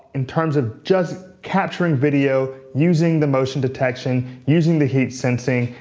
in terms of just capturing video, using the motion detection, using the heat sensing,